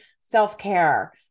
Self-care